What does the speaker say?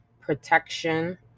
protection